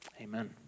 Amen